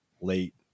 late